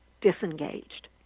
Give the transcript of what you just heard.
disengaged